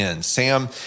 Sam